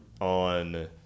on